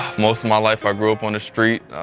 most of my life i grew up on the street.